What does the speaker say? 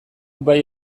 bai